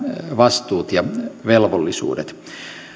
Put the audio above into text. vastuut ja velvollisuudet selvenevät